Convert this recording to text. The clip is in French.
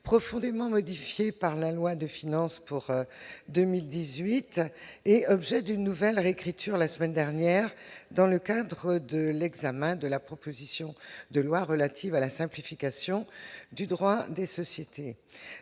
profondément modifié par la loi de finances pour 2018 et objet d'une nouvelle réécriture la semaine dernière dans le cadre de l'examen de la proposition de loi relative à la simplification du droit des sociétés,